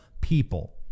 people